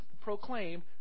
proclaim